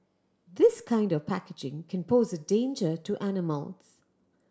this kind of packaging can pose a danger to animals